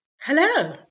Hello